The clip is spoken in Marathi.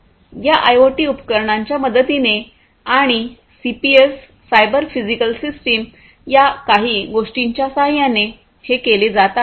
या आयओटी उपकरणांच्या मदतीने आणि सीपीएस सायबर फिजिकल सिस्टीम्स या काही गोष्टींच्या सहाय्याने हे केले जात आहे